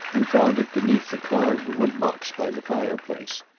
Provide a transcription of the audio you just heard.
and found it beneath the carved woodbox, by the fireplace.